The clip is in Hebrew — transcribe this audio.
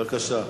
בבקשה.